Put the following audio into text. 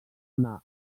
anar